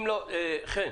חן,